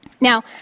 Now